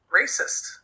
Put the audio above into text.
racist